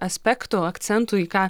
aspektų akcentų į ką